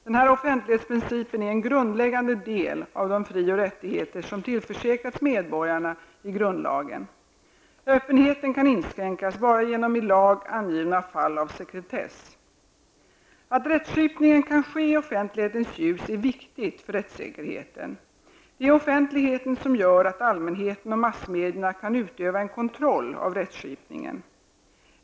Denna offentlighetsprincip är en grundläggande del av de fri och rättigheter som tillförsäkrats medborgarna i grundlagen. Öppenheten kan inskränkas bara genom i lag angivna fall av sekretess. Att rättskipningen kan ske i offentlighetens ljus är viktigt för rättssäkerheten. Det är offentligheten som gör att allmänheten och massmedierna kan utvöa en kontroll av rättskipningen.